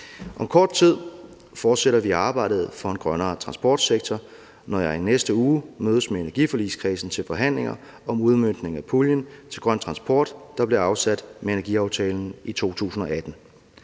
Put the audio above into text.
Om kort tid fortsætter vi arbejdet for en grønnere transportsektor, når jeg i næste uge mødes med energiforligskredsen til forhandlinger om udmøntningen af puljen til grøn transport, der blev afsat med energiaftalen i 2018.